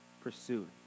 pursue